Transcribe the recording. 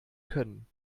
können